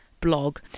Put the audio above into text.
blog